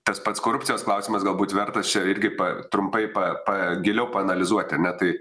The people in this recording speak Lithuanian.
tas pats korupcijos klausimas galbūt verta aš čia irgi pa trumpai pa pa giliau paanalizuoti ar ne tai